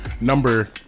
Number